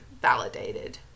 validated